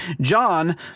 John